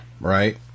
right